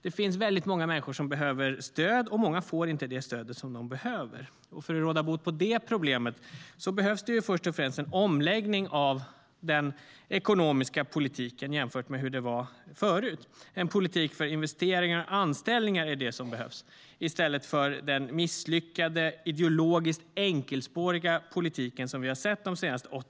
Det finns väldigt många människor som behöver stöd, och många får inte det stöd som de behöver. För att råda bot på det problemet behövs det först och främst en omläggning av den ekonomiska politiken jämfört med hur det var förut. En politik för investeringar och anställningar är det som behövs i stället för den misslyckade, ideologiskt enkelspåriga politik vi har sett de åtta senaste åren.